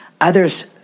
Others